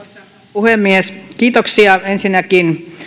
puhemies kiitoksia ensinnäkin